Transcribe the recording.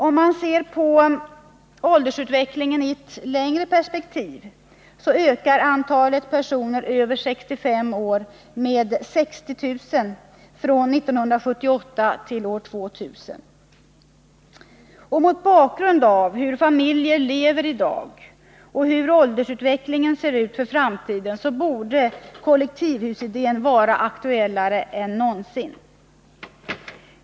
Om man ser åldersutvecklingen i ett längre perspektiv, så ökar antalet personer över 65 år med 60 000 från 1978 till år 2000. Mot bakgrund av hur familjer lever i dag och hur åldersutvecklingen ser ut för framtiden borde kollektivhusidén vara aktuellare än någonsin.